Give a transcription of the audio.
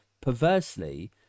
perversely